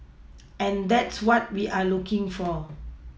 and that's what we are looking for